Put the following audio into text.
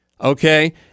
Okay